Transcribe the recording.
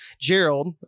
Gerald